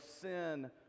sin